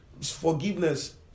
forgiveness